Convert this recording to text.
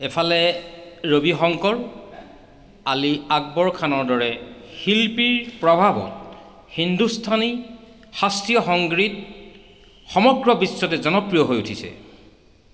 এফালে ৰবি শংকৰ আলী আকবৰ খানৰ দৰে শিল্পীৰ প্ৰভাৱত হিন্দুস্তানী শাস্ত্ৰীয় সংগীত সমগ্ৰ বিশ্বতে জনপ্ৰিয় হৈ উঠিছে